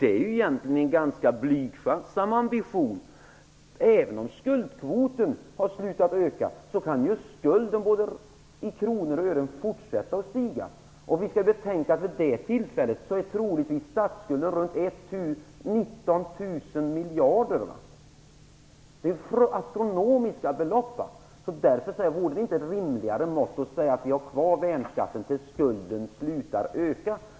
Det är egentligen en ganska blygsam ambition. Även om skuldkvoten har slutat öka så kan ju skulden både i kronor och ören fortsätta att öka. Vi skall betänka att vid det tillfället är troligtvis statsskulden 19 000 miljarder. Det är astronomiska belopp. Vore det därför inte ett rimligare mått att säga att vi har kvar värnskatten tills skulden slutar att öka?